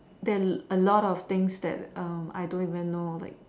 there are a lot of things that um I don't even know like